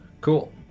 Cool